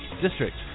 district